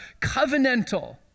covenantal